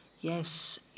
Yes